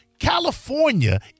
California